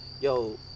yo